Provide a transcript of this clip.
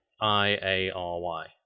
I-A-R-Y